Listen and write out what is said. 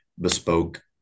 bespoke